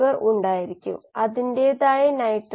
ഇത് നിങ്ങൾക്ക് കൾച്ചർ ഊർജ്ജ നിലയുമായി ചില ബന്ധം നൽകുന്നു